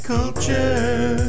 Culture